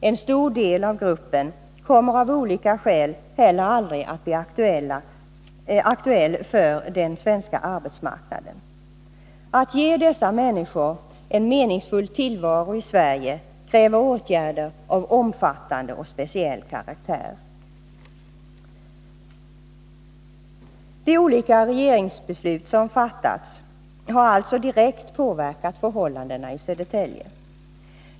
En stor del av gruppen kommer av olika skäl heller aldrig att bli aktuell för den svenska arbetsmarknaden. Att ge dessa människor en meningsfull tillvaro i Sverige kräver åtgärder av omfattande och speciell karaktär. De olika regeringsbeslut som fattas har alltså direkt påverkat förhållandena i Södertälje.